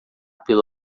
pelo